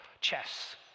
chess